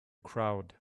crowd